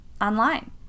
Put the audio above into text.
online